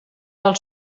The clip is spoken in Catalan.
del